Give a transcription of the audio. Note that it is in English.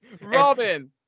Robin